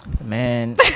Man